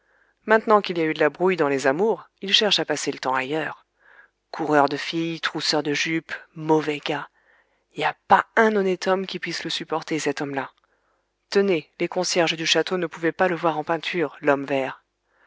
maintenant qu'il y a eu de la brouille dans les amours il cherche à passer le temps ailleurs coureur de filles trousseur de jupes mauvais gars y a pas un honnête homme qui puisse le supporter cet homme-là tenez les concierges du château ne pouvaient pas le voir en peinture l'homme vert